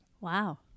Wow